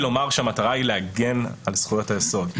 להגן על זכויות היסוד,